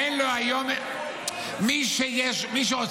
אין לו היום --- מי שמשתמט.